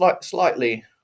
slightly